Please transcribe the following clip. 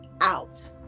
out